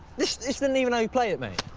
this isn't even how you play it, mate.